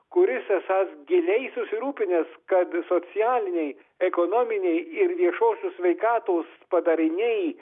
kuris esąs giliai susirūpinęs kad socialiniai ekonominiai ir viešosios sveikatos padariniai